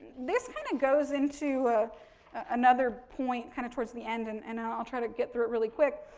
this kind of goes into another point, kind of towards the end, and and i'll try to get through it really quick,